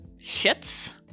shits